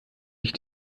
ich